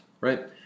right